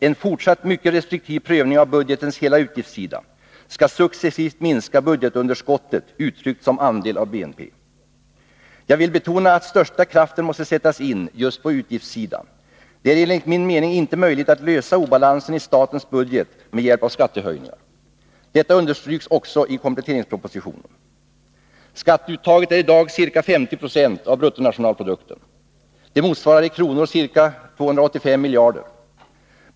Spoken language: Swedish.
En fortsatt mycket restriktiv prövning av budgetens hela utgiftssida skall successivt minska budgetunderskottet uttryckt som andel av BNP. Jag vill betona att den största kraften måste sättas in just på utgiftssidan. Det är enligt min mening inte möjligt att lösa obalansen i statens budget med hjälp av skattehöjningar. Detta understryks också i kompletteringspropositionen. Skatteuttaget är i dag ca 50 26 av BNP. Det motsvarar i kronor ca 285 miljarder.